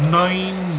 nine